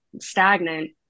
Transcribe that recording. stagnant